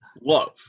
love